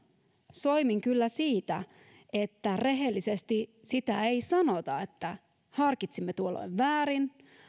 soimin kyllä siitä että rehellisesti ei sanota että harkitsimme tuolloin väärin